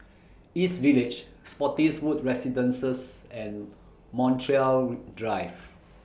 East Village Spottiswoode Residences and Montreal Drive